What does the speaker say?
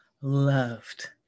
loved